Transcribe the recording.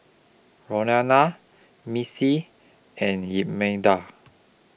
Rhona Missy and Imelda